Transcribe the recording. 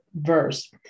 verse